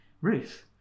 Ruth